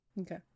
Okay